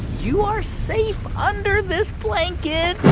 you are safe under this blanket